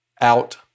out